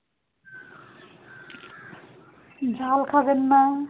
ঝাল খাবেন না